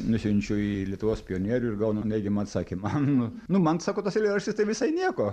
nusiunčiu į lietuvos pionierių ir gaunu neigiamą atsakymą nu nu man sako tas eilėraštis tai visai nieko